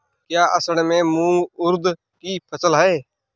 क्या असड़ में मूंग उर्द कि फसल है?